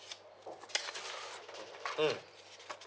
mm